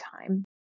time